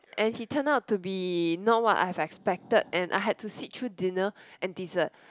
and he turn out to be not what I have expected and I had to sit through dinner and dessert